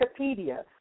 Wikipedia